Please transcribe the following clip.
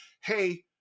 Hey